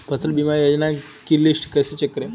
फसल बीमा योजना की लिस्ट कैसे चेक करें?